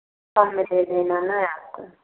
कम में दे देना ना आपको